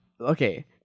okay